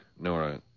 Nora